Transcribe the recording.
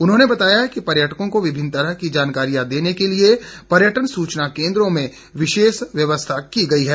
उन्होंने बताया कि पर्यटकों को विभिन्न तरह की जानकारियां देने के लिए पर्यटन सूचना केन्द्रों में विशेष व्यवस्था की गई है